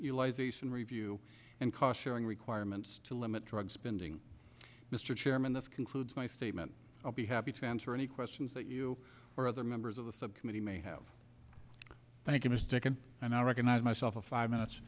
you lazy sin review and cost sharing requirements to limit drug spending mr chairman this concludes my statement i'll be happy to answer any questions that you or other members of the subcommittee may have thank you mistaken and i recognize myself a five minutes